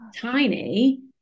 tiny